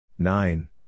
Nine